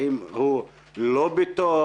האם הוא לא בתוך.